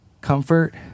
comfort